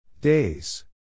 Days